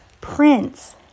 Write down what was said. Prince